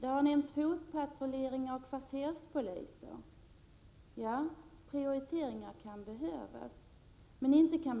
priorite 17 ringar för att behandla ansökningar om asyl liksom det har sagts att det bör ske en prioritering vad gäller fotpatrullering av poliser och kvarterspoliser.